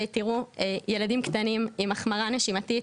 ותראו ילדים קטנים עם החמרה נשימתית.